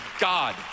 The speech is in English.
god